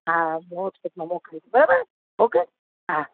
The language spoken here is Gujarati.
હા વ્હોટ્સએપમાં મોકલી દ્યો બરાબર ઓકે હા